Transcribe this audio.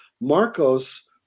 Marcos